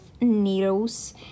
needles